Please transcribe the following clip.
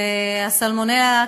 וסלמונלה,